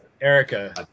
Erica